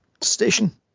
station